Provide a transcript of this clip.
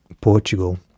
Portugal